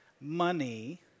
money